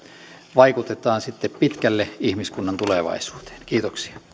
vaikutetaan sitten pitkälle ihmiskunnan tulevaisuuteen kiitoksia